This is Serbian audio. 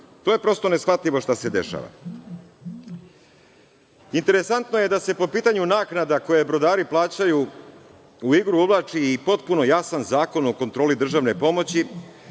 To je prosto neshvatljivo šta se dešava. Interesantno je da se po pitanju naknada koje brodari plaćaju u igru uvlači i potpuno jasan Zakon o kontroli državne pomoći